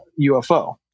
UFO